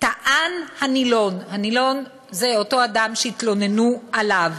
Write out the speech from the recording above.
טען הנילון, הנילון זה אותו אדם שהתלוננו עליו,